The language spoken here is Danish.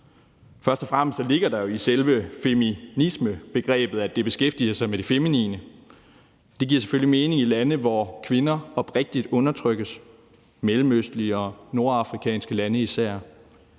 Først og fremmest ligger der jo i selve feminismebegrebet, at det beskæftiger sig med det feminine. Det giver selvfølgelig mening i lande, hvor kvinder virkelig undertrykkes, især mellemøstlige og nordafrikanske lande.